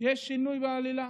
יש שינוי בעלילה: